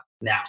now